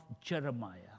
Jeremiah